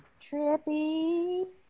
trippy